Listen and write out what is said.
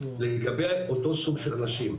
לגבי אותו סוג של אנשים,